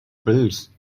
bruise